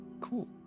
Cool